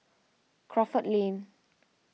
Crawford Lane